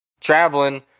traveling